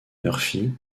murphy